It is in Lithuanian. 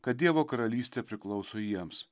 kad dievo karalystė priklauso jiems